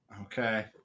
okay